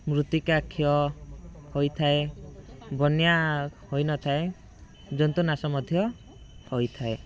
ମୃତ୍ତିକା କ୍ଷୟ ହୋଇଥାଏ ବନ୍ୟା ହୋଇ ନ ଥାଏ ଜନ୍ତୁ ନାଶ ମଧ୍ୟ ହୋଇଥାଏ